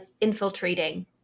infiltrating